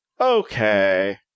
Okay